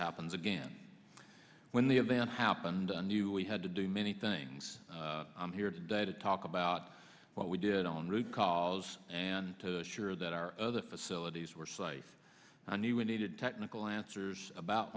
happens again when the event happened and knew we had to do many things i'm here today to talk about what we did on root cause and to sure that our other facilities were site i knew we needed technical answers about